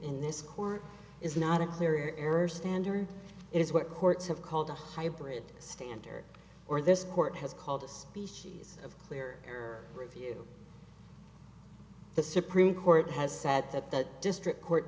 in this court is not a clear error standard it is what courts have called a hybrid standard or this court has called a species of clear review the supreme court has said that the district court